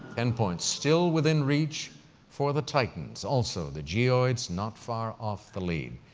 ten points. still within reach for the titans, also the geoids not far off the lead.